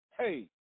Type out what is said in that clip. hey